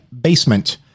Basement